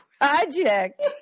project